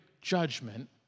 judgment